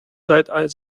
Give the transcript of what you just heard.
seit